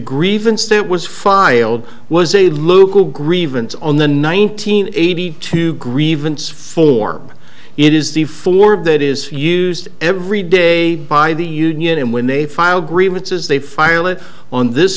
grievance that was filed was a local grievance on the nineteen eighty two grievance form it is the four of that is used every day by the union and when they file grievances they firelit on this